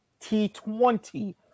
T20